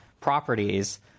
properties